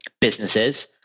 businesses